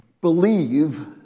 believe